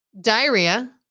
diarrhea